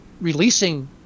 releasing